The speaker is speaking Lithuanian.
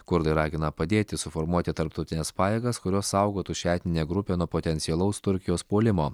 kurdai ragina padėti suformuoti tarptautines pajėgas kurios saugotų šią etninę grupę nuo potencialaus turkijos puolimo